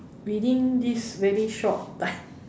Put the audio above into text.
within this very short time